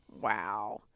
wow